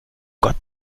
gott